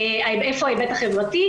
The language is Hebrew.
איפה ההיבט החברתי?